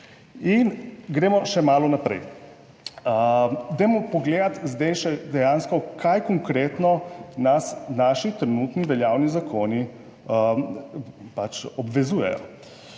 In gremo še malo naprej. Dajmo pogledati zdaj še dejansko kaj konkretno nas naši trenutni veljavni zakoni pač obvezujejo.